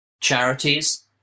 charities